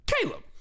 Caleb